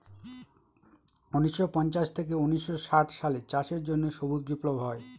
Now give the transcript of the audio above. উনিশশো পঞ্চাশ থেকে উনিশশো ষাট সালে চাষের জন্য সবুজ বিপ্লব হয়